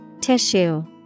Tissue